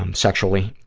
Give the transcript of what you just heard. um sexually,